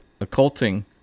occulting